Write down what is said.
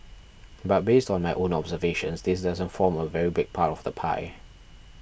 but based on my own observations this doesn't form a very big part of the pie